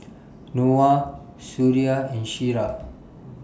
Noah Suria and Syirah